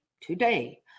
today